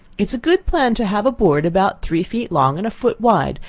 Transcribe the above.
it is a good plan to have a board about three feet long and a foot wide,